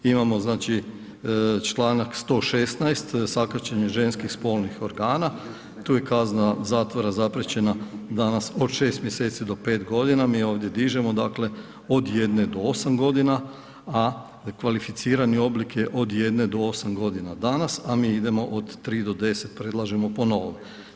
Imamo znači čl. 116. sakaćenje ženskih spolnih organa, tu je kazna zatvora zapriječena danas od 6 mj. do 5 g., mi ovdje dižemo dakle od 1 do 8 g., a kvalificirani oblik je od 1 do 8 g. danas a mi idemo od 3 do 10, predlažemo po novom.